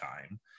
time